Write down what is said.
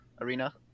arena